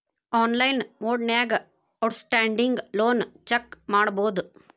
online ಮೊಡ್ನ್ಯಾಗ outstanding loan check ಮಾಡಬೋದು